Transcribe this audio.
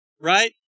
right